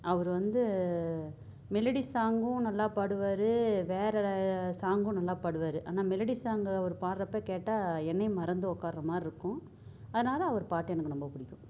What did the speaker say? அவர் வந்து மெலோடி சாங்கும் நல்லா பாடுவார் வேற வேற சாங்கும் நல்லா பாடுவார் ஆனால் மெலோடி சாங் அவர் பாடுறப்ப கேட்டால் என்னையே மறந்து உக்கார்றமாரி இருக்கும் அதனால அவர் பாட்டு எனக்கு ரொம்ப பிடிக்கும்